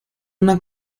una